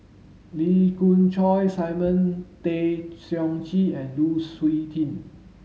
Lee Khoon Choy Simon Tay Seong Chee and Lu Suitin